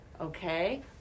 Okay